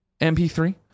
MP3